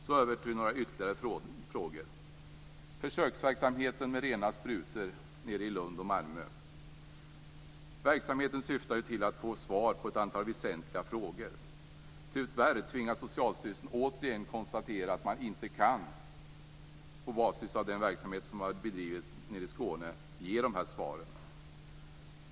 Så går jag över till några ytterligare frågor. Försöksverksamheten med rena sprutor i Lund och Malmö syftar till att få svar på ett antal väsentliga frågor. Tyvärr tvingas Socialstyrelsen återigen konstatera att man inte kan, på basis av den verksamhet som har bedrivits i Skåne, ge de svaren.